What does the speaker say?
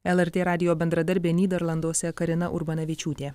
lrt radijo bendradarbė nyderlanduose karina urbanavičiūtė